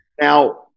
Now